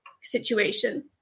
situation